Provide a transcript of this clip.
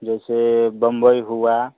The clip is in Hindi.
जैसे बम्बई हुआ